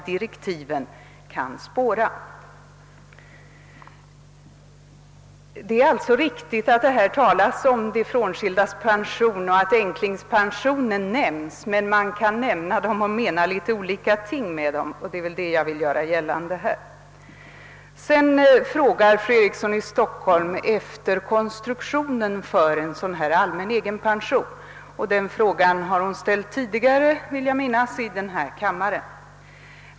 Det är alltså riktigt att det här talas om de frånskildas pension och att änklingspensionen nämns, men man kan mena litet olika ting med sådant. Det är detta jag vill göra gällande. Fru Eriksson frågar efter konstruktionen av en allmän egenpension. Denna fråga har hon ställt i denna kammare tidigare, vill jag minnas.